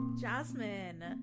Jasmine